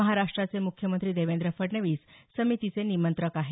महाराष्ट्राचे मुख्यमंत्री देवेंद्र फडणवीस समितीचे निमंत्रक आहेत